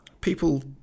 people